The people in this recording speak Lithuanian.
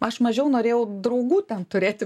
aš mažiau norėjau draugų ten turėti